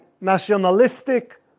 nationalistic